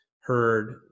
heard